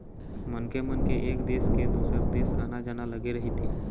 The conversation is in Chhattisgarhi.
मनखे मन के एक देश ले दुसर देश आना जाना लगे रहिथे